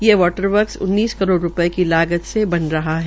यह water works उन्नीस करोड़ रूपये की लागत से बन रहा है